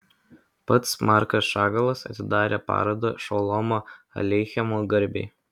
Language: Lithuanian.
pats markas šagalas atidarė parodą šolomo aleichemo garbei